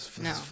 No